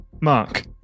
Mark